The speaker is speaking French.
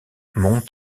montent